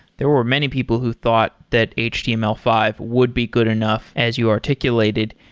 there were many people who thought that h t m l five would be good enough, as you articulated.